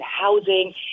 housing –